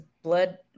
blood